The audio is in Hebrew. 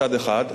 מצד אחד,